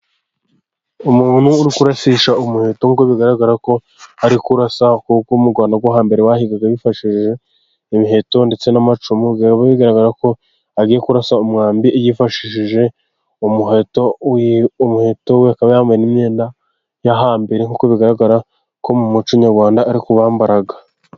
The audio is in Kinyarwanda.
Umuntu uri kurasisha umuheto kuko bigaragara ko ari kurasa, kuko umuco wo hambere wahigaga bifashishije imiheto ndetse n'amacumu, bigaragara ko agiye kurasa umwambi yifashishije umuheto, umuheto we akaba yambaye imyenda yo hambere nk'uko bigaragara ko mu muco nyarwanda ari ko bambaraga.